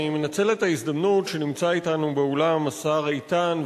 אני מנצל את ההזדמנות שנמצא אתנו באולם השר איתן,